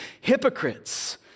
hypocrites